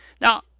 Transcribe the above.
now